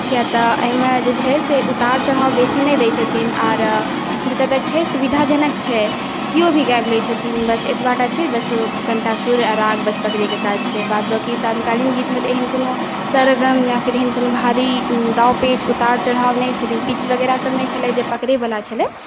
किएक तऽ एहिमे जे छै से उतार चढ़ाव बेसी नहि दै छथिन आओर जतऽ तक छै सुविधाजनक छै किओ भी गाबि लै छथिन बस एतबाटा छै बस कनिटा सुर आ राग बस पकड़ैके काज छै बाद बाकी समकालीन गीतमे तऽ एहन कोनो सरगम या फेर एहन कोनो भारी दाँव पेँच उतार चढ़ाव नहि छथिन पिच वगैरह सब नहि छलै पकड़ैवला छलै